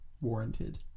warranted